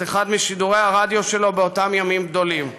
את אחד משידורי הרדיו שלו באותם ימים גדולים.